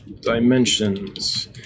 dimensions